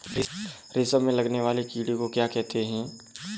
रेशम में लगने वाले कीड़े को क्या कहते हैं?